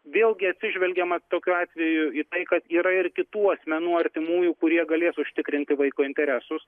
vėlgi atsižvelgiama tokiu atveju į tai kad yra ir kitų asmenų artimųjų kurie galės užtikrinti vaiko interesus